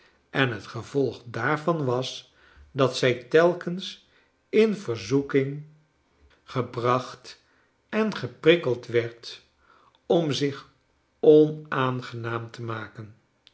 en het gevolg daarvan was dat zij telkens in verzoeking gebracht en geprikkeld werd om zich onaangenaam te maken